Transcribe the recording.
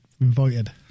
invited